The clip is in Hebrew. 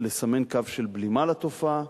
לסמן קו של בלימה לתופעה,